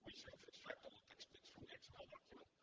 sort of extract little text bits from the xml document